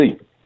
see